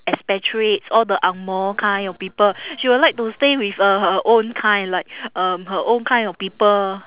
expatriates all the angmoh kind of people she will like to stay with uh her own kind like um her own kind of people